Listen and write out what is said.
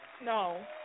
No